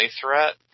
threat